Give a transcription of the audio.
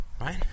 Right